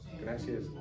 gracias